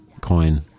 coin